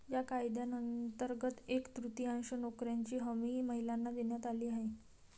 या कायद्यांतर्गत एक तृतीयांश नोकऱ्यांची हमी महिलांना देण्यात आली आहे